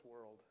world